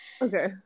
okay